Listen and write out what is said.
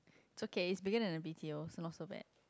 it's okay is bigger than the b_t_os so not so bad